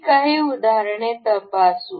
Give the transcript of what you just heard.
ही काही उदाहरणे तपासू